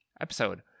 episode